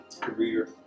career